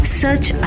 search